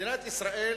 מדינת ישראל